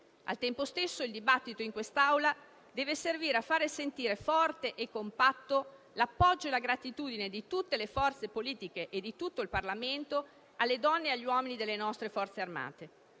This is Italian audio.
Al tempo stesso, il dibattito in quest'Aula deve servire a fare sentire forti e compatti l'appoggio e la gratitudine di tutte le forze politiche e di tutto il Parlamento alle donne e agli uomini delle nostre Forze armate;